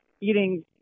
eating